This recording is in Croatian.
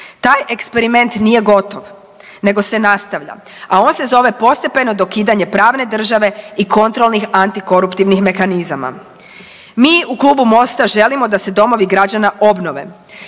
Taj eksperiment nije gotovo nego se nastavlja, a on se zove postepeno dokidanje pravne države i kontrolnih antikoruptivnih mehanizama. Mi u Klubu Mosta želimo da se domovi građana obnove.